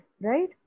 right